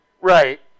Right